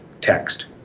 text